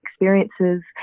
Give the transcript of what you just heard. experiences